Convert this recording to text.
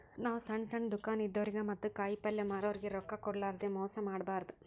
ನಾವ್ ಸಣ್ಣ್ ಸಣ್ಣ್ ದುಕಾನ್ ಇದ್ದೋರಿಗ ಮತ್ತ್ ಕಾಯಿಪಲ್ಯ ಮಾರೋರಿಗ್ ರೊಕ್ಕ ಕೋಡ್ಲಾರ್ದೆ ಮೋಸ್ ಮಾಡಬಾರ್ದ್